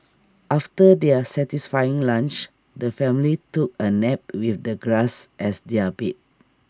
after their satisfying lunch the family took A nap with the grass as their bed